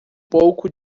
pouco